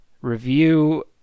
review